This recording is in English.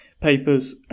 papers